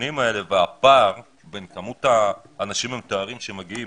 הנתונים האלה והפער בין מספר האנשים שמגיעים